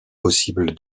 possible